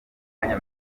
kanya